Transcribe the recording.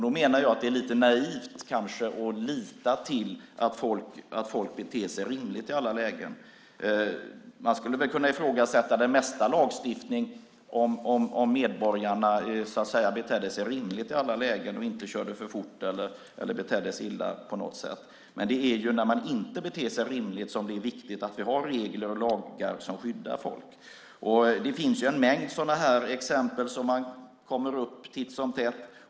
Då menar jag att det kanske är lite naivt att lita på att folk beter sig rimligt i alla lägen. Man skulle kunna ifrågasätta den mesta lagstiftning om medborgarna betedde sig rimligt i alla lägen och inte körde för fort eller betedde sig illa på något sätt. Men det är när man inte beter sig rimligt som det är viktigt att vi har regler och lagar som skyddar folk. Det finns en mängd exempel som kommer upp titt som tätt.